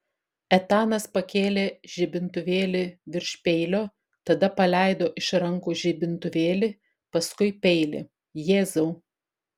etanas pakėlė žibintuvėlį virš peilio tada paleido iš rankų žibintuvėlį paskui peilį jėzau